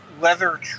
leather –